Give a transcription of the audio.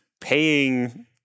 paying